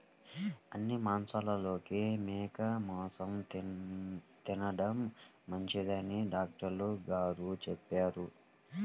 అన్ని మాంసాలలోకి మేక మాసం తిండం మంచిదని డాక్టర్ గారు చెప్పారు